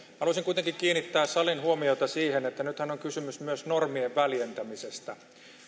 haluaisin kuitenkin kiinnittää salin huomiota siihen että nythän on kysymys myös normien väljentämisestä